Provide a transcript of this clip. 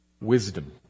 wisdom